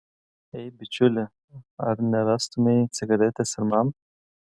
ei bičiuli ar nerastumei cigaretės ir man